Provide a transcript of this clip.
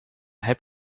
heb